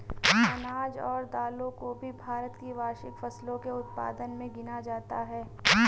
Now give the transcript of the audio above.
अनाज और दालों को भी भारत की वार्षिक फसलों के उत्पादन मे गिना जाता है